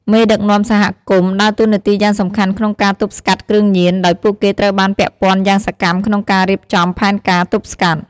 មេដឹកនាំសហគមន៍ដើរតួនាទីយ៉ាងសំខាន់ក្នុងការទប់ស្កាត់គ្រឿងញៀន ដោយពួកគេត្រូវបានពាក់ព័ន្ធយ៉ាងសកម្មក្នុងការរៀបចំផែនការទប់ស្កាត់។